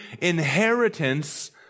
inheritance